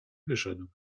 wyszedł